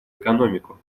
экономику